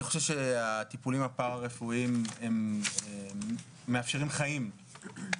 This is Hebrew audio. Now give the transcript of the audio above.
אני חושב שהטיפולים הפרה רפואיים הם מאפשרים חיים,